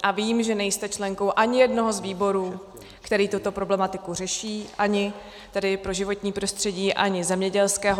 A vím, že nejste členkou ani jednoho z výborů, který tuto problematiku řeší, ani pro životní prostředí, ani zemědělského.